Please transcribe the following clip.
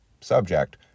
subject